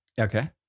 Okay